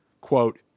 quote